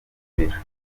kabila